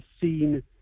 seen